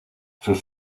sus